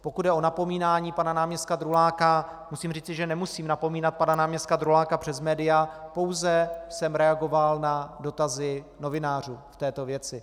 Pokud jde o napomínání pana náměstka Druláka, musím říci, že nemusím napomínat pana náměstka Druláka přes média, pouze jsem reagoval na dotazy novinářů v této věci.